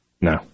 No